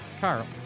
Carl